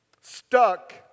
Stuck